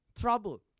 trouble